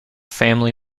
family